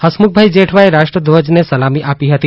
હસમુખભાઇ જેઠવાએ રાષ્ટ્રધ્વજને સલામી આપી હતી